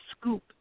scoop